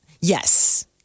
Yes